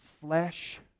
flesh